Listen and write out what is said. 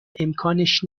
امکانش